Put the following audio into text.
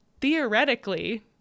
theoretically